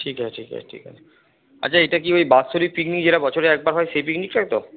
ঠিক আছে ঠিক আছে ঠিক আছে আচ্ছা এইটা কি ওই বাৎসরিক পিকনিক যেটা বছরে একবার হয় সেই পিকনিকটাই তো